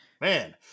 man